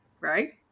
right